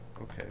Okay